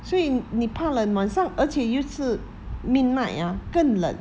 所以你怕冷晚上而且又是 midnight ah 更冷